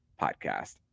podcast